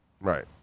Right